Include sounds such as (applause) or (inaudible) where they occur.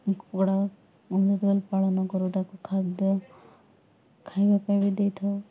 କୁକୁଡ଼ା (unintelligible) ପାଳନ କରୁ ତାକୁ ଖାଦ୍ୟ ଖାଇବା ପାଇଁ ବି ଦେଇଥାଉ